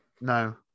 No